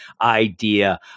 idea